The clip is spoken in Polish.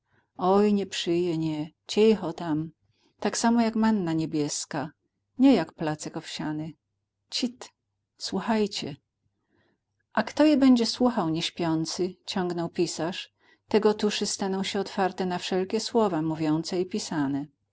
przyje nie cicho tam tak samo jak manna niebieska nie jak placek owsiany cit słuchajcie a kto je będzie słuchał nieśpiący ciągnął pisarz tego uszy staną otwarte na wszelkie słowa mówiące i pisane